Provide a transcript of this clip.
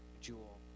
Jewel